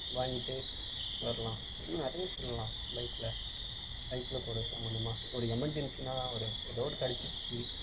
வாங்கிட்டு வரலாம் இன்னும் நிறையா சொல்லலாம் பைக்கில் பைக்கில் போகிற சம்மந்தமாக ஒரு எமெர்ஜென்சினால் ஒரு எதோ ஒன்று கடித்திருச்சு